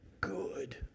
good